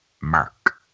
Mark